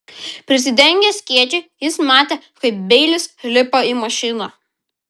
prisidengęs skėčiu jis matė kaip beilis lipa į mašiną